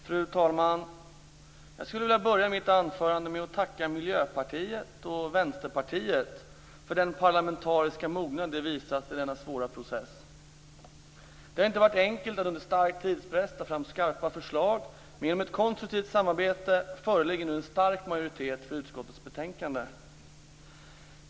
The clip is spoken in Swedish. Fru talman! Jag skulle vilja börja mitt anförande med att tacka Miljöpartiet och Vänsterpartiet för den parlamentariska mognad som de visat i denna svåra process. Det har inte varit enkelt att under stark tidspress ta fram skarpa förslag men genom ett konstruktivt samarbete föreligger nu en stark majoritet för utskottets betänkande.